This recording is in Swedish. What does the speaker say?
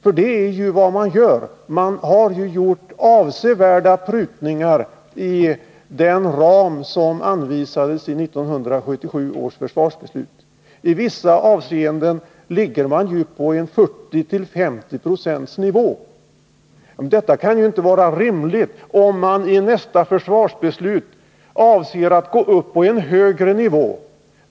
Det är ju vad man gör. Man har ju avsevärt prutat ned den ram som anvisades i 1977 års försvarsbeslut. I vissa avseenden innebär förslaget 40 till 50 20 av den nivå som då fastställdes. Detta kan inte vara rimligt, om man i nästa försvarsbeslut avser att höja nivån.